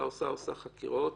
עושה חקירות